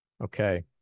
Okay